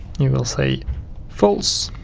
will say false,